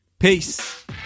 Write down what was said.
Peace